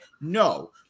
No